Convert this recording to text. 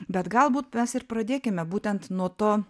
bet galbūt mes ir pradėkime būtent nuo to